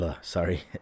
sorry